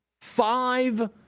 five